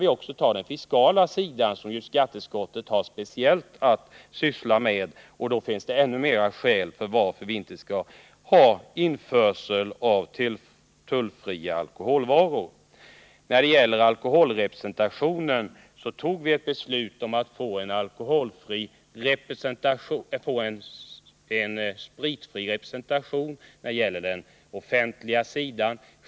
Och ser vi dessutom på den fiskala sidan, som skatteutskottet speciellt har att syssla med, kommer vi fram till att det finns än mer skäl till att vi inte skall ha någon införsel av tullfria alkoholvaror i Sverige. När det gäller alkoholrepresentationen, så fattade vi ett beslut om spritfri representation på den offentliga sidan.